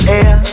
air